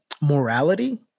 morality